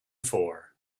for